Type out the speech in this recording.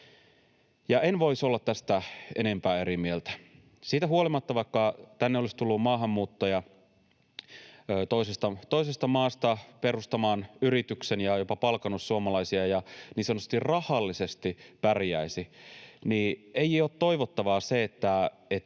en voisi olla tästä enempää eri mieltä. Siitä huolimatta, vaikka tänne olisi tullut maahanmuuttaja toisesta maasta perustamaan yrityksen ja jopa palkannut suomalaisia ja niin sanotusti rahallisesti pärjäisi, ei ole toivottavaa se, että